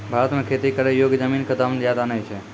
भारत मॅ खेती करै योग्य जमीन कॅ दाम ज्यादा नय छै